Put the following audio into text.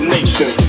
Nation